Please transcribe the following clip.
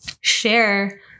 share